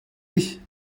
ich